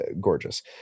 gorgeous